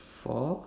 four